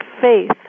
faith